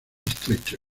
estrecho